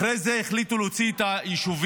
אחרי זה החליטו להוציא את היישובים,